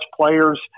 players